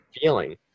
feeling